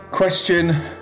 Question